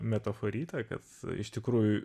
metaforytė kad iš tikrųjų